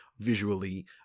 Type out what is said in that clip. Visually